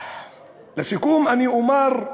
לסיכום אני אומר: